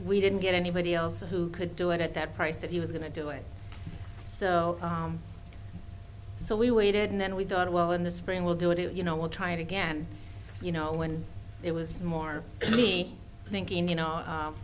we didn't get anybody else who could do it at that price that he was going to do it so so we waited and then we thought well in this rain will do it you know we'll try it again you know when it was more me thinking you know